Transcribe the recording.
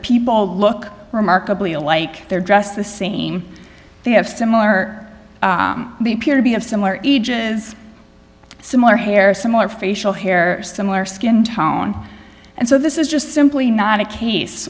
people look remarkably alike their dress the same they have similar the purity of similar ages similar hair similar facial hair similar skin tone and so this is just simply not a case